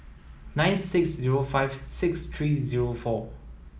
nine six zero five six three zero four